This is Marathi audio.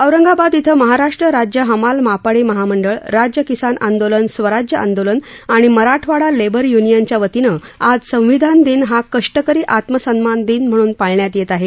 औरंगाबाद इथं महाराष्ट्र राज्य हमाल मापाडी महामंडळ राज्य किसान आंदोलन स्वराज्य आंदोलन आणि मराठवाडा लेबर य्नियनच्या वतीनं आज संविधान दिन हा कष्टकरी आत्मसन्मान दिन म्हणून पाळण्यात येत आहे